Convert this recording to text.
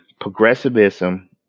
progressivism